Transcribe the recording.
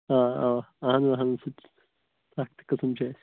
آ اَوا اَہن حظ اہن حظ سُہ تہِ اَکھ تہِ قٕسٕم چھِ اَسہِ